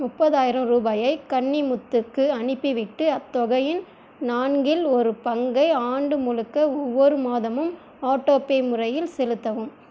முப்பதாயிரம் ரூபாயை கன்னிமுத்துவுக்கு அனுப்பிவிட்டு அத்தொகையின் நான்கில் ஒரு பங்கை ஆண்டு முழுக்க ஒவ்வொரு மாதமும் ஆட்டோபே முறையில் செலுத்தவும்